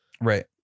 Right